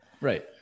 Right